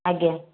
ଆଜ୍ଞା